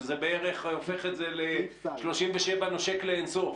שזה בערך הופך את זה ל-37 נושק לאין-סוף.